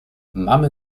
mamy